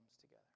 together